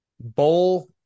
bowl